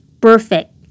perfect